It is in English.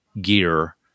gear